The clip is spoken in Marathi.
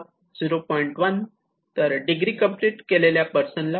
1 तर डिग्री कम्प्लीट केलेल्या पर्सन ला 0